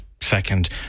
Second